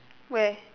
where